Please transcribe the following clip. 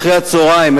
אחרי הצהריים,